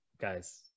guys